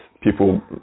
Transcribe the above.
people